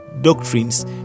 doctrines